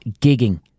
Gigging